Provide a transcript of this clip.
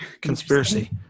conspiracy